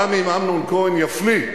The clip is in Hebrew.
גם אם אמנון כהן יפליא,